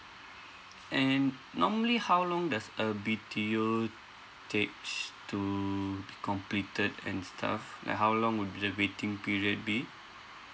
and normally how long does a B_T_O takes to be completed and stuff like how long would be the waiting period be